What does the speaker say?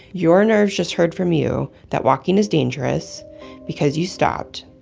your nerves just heard from you that walking is dangerous because you stopped.